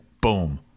boom